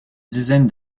dizaine